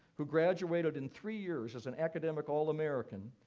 who graduated in three years as an academic all-american,